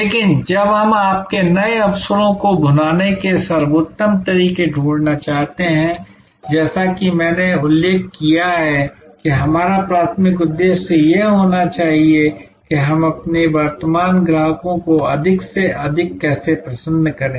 लेकिन जब हम आपके नए अवसरों को भुनाने के सर्वोत्तम तरीके ढूंढना चाहते हैं जैसा कि मैंने उल्लेख किया है कि हमारा प्राथमिक उद्देश्य यह होना चाहिए कि हम अपने वर्तमान ग्राहकों को अधिक से अधिक कैसे प्रसन्न करें